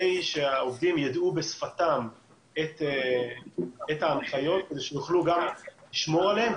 שהעובדים ידעו בשפתם את ההנחיות כדי שיוכלו גם לשמור עליהם,